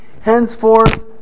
Henceforth